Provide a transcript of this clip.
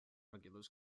regulars